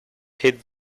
hid